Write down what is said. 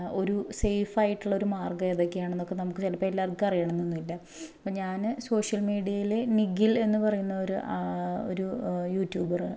ഒരു സെയ്ഫായിട്ടുള്ളൊരു മാർഗമെതൊക്കെയാണന്നൊക്കെ നമുക്ക് എല്ലാവർക്കറിയണന്നൊന്നൂല്ല അപ്പം ഞാൻ സോഷ്യൽ മീഡിയേൽ നിഖിൽ എന്ന് പറയുന്നൊരു ഒരു യുട്യൂബറ്